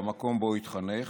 במקום שבו התחנך,